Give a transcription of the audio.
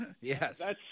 Yes